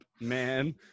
man